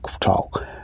Talk